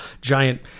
giant